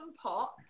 pot